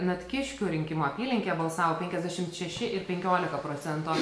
natkiškių rinkimų apylinkėje balsavo penkiasdešimt šeši ir penkiolika procento